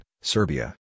Serbia